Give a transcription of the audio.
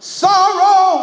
sorrow